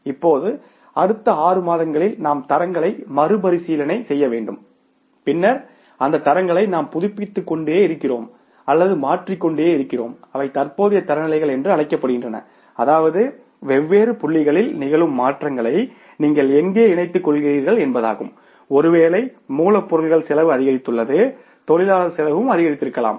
இப்போது அடுத்த 6 மாதங்களில் நாம் தரங்களை மறுபரிசீலனை செய்ய வேண்டும் பின்னர் அந்த தரங்களை நாம் புதுப்பித்துக்கொண்டே இருக்கிறோம் அல்லது மாற்றிக் கொண்டிருக்கிறோம் அவை தற்போதைய தரநிலைகள் என்று அழைக்கப்படுகின்றன அதாவது வெவ்வேறு புள்ளிகளில் நிகழும் மாற்றங்களை நீங்கள் எங்கே இணைத்துக்கொள்கிறீர்கள் என்பதாகும் ஒருவேளை மூலப்பொருள் செலவு அதிகரித்துள்ளது தொழிலாளர் செலவு அதிகரித்திருக்கலாம்